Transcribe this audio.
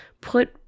put